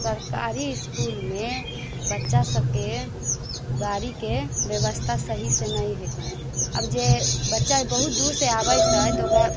सरकारी इस्कूलमे बच्चासभके गाड़ीके व्यवस्था सहीसँ नहि हैकन अब जे बच्चा बहुत दूरसँ आबै छै तऽ ओकरा